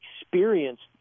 experienced